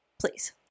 Please